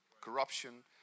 Corruption